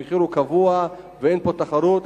המחיר הוא קבוע ואין פה תחרות.